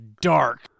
dark